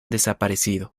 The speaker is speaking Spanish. desaparecido